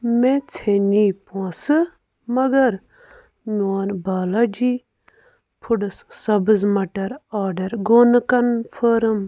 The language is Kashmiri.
مےٚ ژھیٚنۍ پۄنٛسہٕ مگر میٛون بالاجی فُڈَس سبٕز مٹر آرڈر گوٚو نہٕ کنفٔرَم